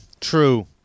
True